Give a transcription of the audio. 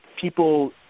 people